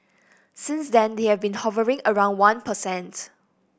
since then they have been hovering around one per cent